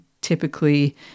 typically